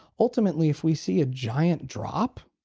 ultimately if we see a giant drop,